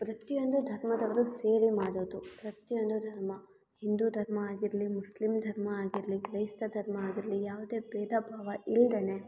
ಪ್ರತಿಯೊಂದು ಧರ್ಮದವರು ಸೇರಿ ಮಾಡೋದು ಪ್ರತಿಯೊಂದು ಧರ್ಮ ಹಿಂದೂ ಧರ್ಮ ಆಗಿರಲಿ ಮುಸ್ಲಿಮ್ ಧರ್ಮ ಆಗಿರಲಿ ಕ್ರೈಸ್ತ ಧರ್ಮ ಆಗಿರಲಿ ಯಾವುದೇ ಭೇದ ಭಾವ ಇಲ್ದೆ